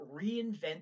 reinvent